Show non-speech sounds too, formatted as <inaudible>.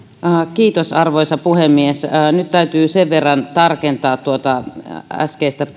kiitos arvoisa puhemies nyt täytyy sen verran tarkentaa tuota äskeistä <unintelligible>